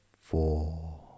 four